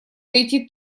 найти